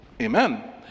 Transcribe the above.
Amen